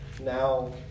Now